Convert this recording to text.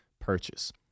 purchase